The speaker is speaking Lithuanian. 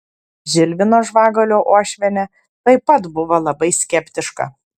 žilvino žvagulio uošvienė taip pat buvo labai skeptiška